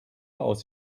aus